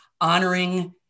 honoring